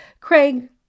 Craig